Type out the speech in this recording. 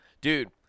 dude